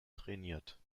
trainiert